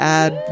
add